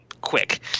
quick